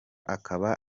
akaba